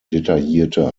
detaillierte